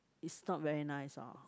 it's not very nice ah